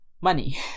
money